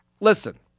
Listen